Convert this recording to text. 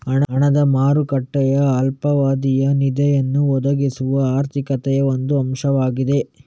ಹಣದ ಮಾರುಕಟ್ಟೆಯು ಅಲ್ಪಾವಧಿಯ ನಿಧಿಯನ್ನು ಒದಗಿಸುವ ಆರ್ಥಿಕತೆಯ ಒಂದು ಅಂಶವಾಗಿದೆ